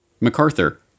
MacArthur